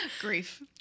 grief